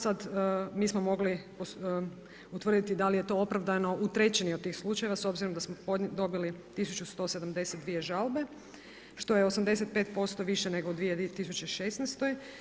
Sad, mi smo mogli utvrditi da li je to opravdano u trećini od tih slučajeva s obzirom da smo dobili 1172 žalbe što je 85% više nego u 2016.